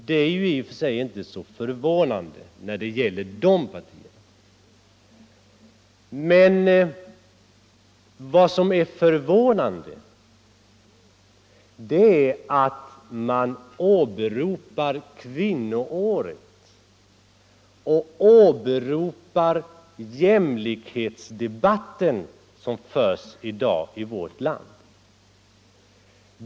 Det är i och för sig inte förvånande när det gäller de partierna, men vad som är förvånande är att man åberopar kvinnoåret och den jämlikhetsdebatt som förs i dag i vårt land.